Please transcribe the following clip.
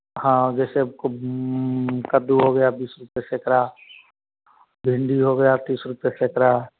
हाँ जैसे आपको कद्दू हो गया बीस रूपए सैकड़ा भिंडी हो गया तीस रुपए सैकड़ा